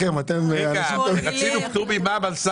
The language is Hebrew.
של תיאומי מס.